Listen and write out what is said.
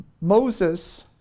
Moses